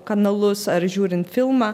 kanalus ar žiūrint filmą